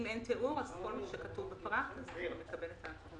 אם אין תיאור אז כל מה שכתוב בפרט מקבל את ה...